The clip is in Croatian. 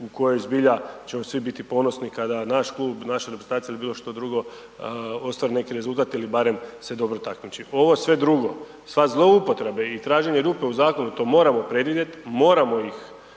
u kojoj zbilja ćemo svi biti ponosni kada naš klub, naša reprezentacija ili bilo što drugo ostvare neki rezultat ili barem se dobro takmiči, ovo sve drugo, sva zloupotrebe i traženje rupe u zakonu, to moramo predvidjet, moramo ih